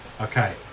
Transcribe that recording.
Okay